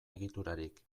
egiturarik